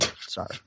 Sorry